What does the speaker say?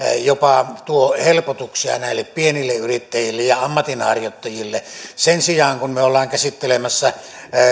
jopa tuo helpotuksia näille pienille yrittäjille ja ammatinharjoittajille sen sijaan kun me olemme käsittelemässä